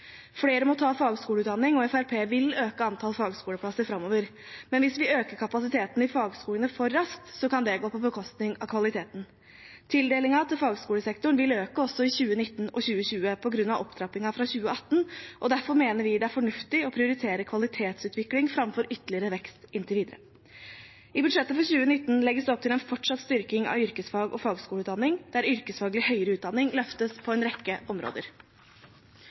Flere må ta fagskoleutdanning, og Fremskrittspartiet vil øke antall fagskoleplasser framover. Hvis vi øker kapasiteten i fagskolene for raskt, kan det gå på bekostning av kvaliteten. Tildelingen til fagskolesektoren vil øke også i 2019 og 2020 på grunn av opptrappingen fra 2018, og derfor mener vi det er fornuftig å prioritere kvalitetsutvikling framfor ytterligere vekst inntil videre. I budsjettet for 2019 legges det opp til en fortsatt styrking av yrkesfag og fagskoleutdanning, der yrkesfaglig høyere utdanning løftes på en rekke områder.